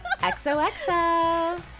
XOXO